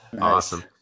awesome